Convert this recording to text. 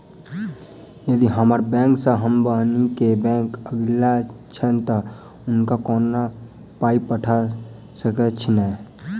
यदि हम्मर बैंक सँ हम बहिन केँ बैंक अगिला छैन तऽ हुनका कोना पाई पठा सकैत छीयैन?